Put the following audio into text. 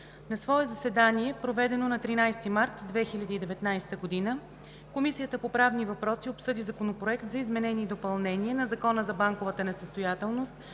На свое заседание, проведено на 20 март 2019 г., Комисията по правни въпроси обсъди Законопроект за изменение и допълнение на Закона за авторското